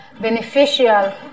beneficial